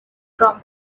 from